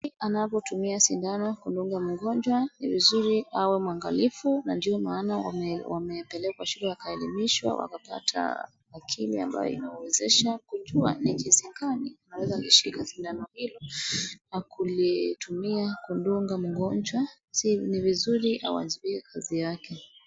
Anapotumia sindano kudunga mgonjwa, ni vizuri awe mwangalifu na ndio maana wamepelekwa shule wakaelimishwa, wakapata akili ambayo inawawezesha kujua ni jinsi gani anaweza akishika sindano hilo na kulitumiya kudunga mgonjwa. Si ni vizuri awajibike kazi yake.